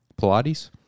Pilates